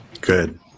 Good